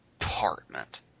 apartment